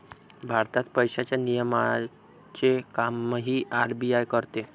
भारतात पैशांच्या नियमनाचे कामही आर.बी.आय करते